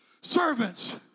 servants